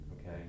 okay